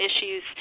issues